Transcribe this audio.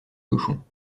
cochons